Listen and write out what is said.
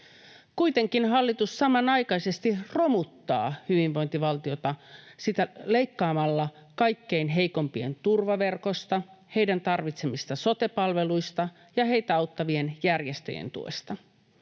Kuitenkin hallitus samanaikaisesti romuttaa hyvinvointivaltiota leikkaamalla kaikkein heikoimpien turvaverkosta, heidän tarvitsemistaan sote-palveluista ja heitä auttavien järjestöjen tuesta.